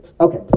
Okay